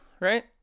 Right